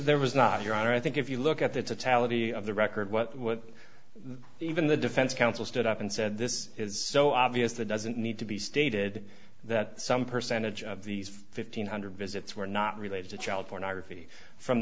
there was not your honor i think if you look at the totality of the record what what even the defense counsel stood up and said this is so obvious that doesn't need to be stated that some percentage of these fifteen hundred visits were not related to child pornography from